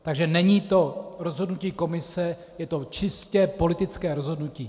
Takže není to rozhodnutí komise, je to čistě politické rozhodnutí.